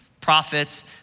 prophets